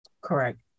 Correct